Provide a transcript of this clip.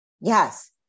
Yes